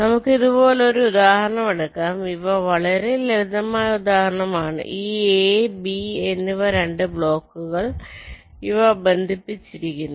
നമുക്ക് ഇതുപോലൊരു ഉദാഹരണം എടുക്കാം ഇവ വളരെ ലളിതമായ ഉദാഹരണമാണ് ഈ A B എന്നിവ 2 ബ്ലോക്കുകൾ അവ ബന്ധിപ്പിച്ചിരിക്കുന്നു